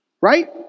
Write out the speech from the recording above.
Right